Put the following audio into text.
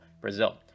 Brazil